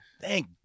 Thank